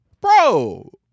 Bro